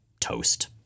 toast